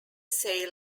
say